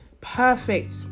perfect